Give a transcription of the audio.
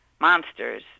monsters